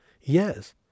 Yes